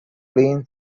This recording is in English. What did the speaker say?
clean